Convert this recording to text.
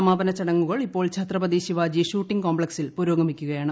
സമാപനചടങ്ങുകൾ ഇപ്പോൾ ഛത്രപതി ശിവാജി ഷൂട്ടിംഗ് കോപ്ലക്സിൽ പുരോഗമിക്കുകയാണ്